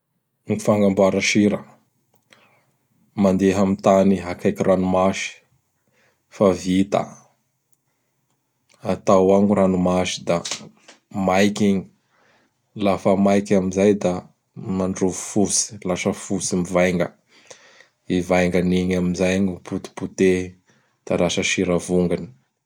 Gny fagnamboara sira: ''Mandeha amin'ny tany akaiky ranomasy fa vita. Atao ao gny ranomasy da maiky igny. Lafa maiky amizay da mandrovy fotsy. Lasa fotsy mivainga. I vaingainin'igny amin'izay gn potepotehy; da lasa sira vongany. "